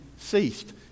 ceased